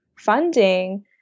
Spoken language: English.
funding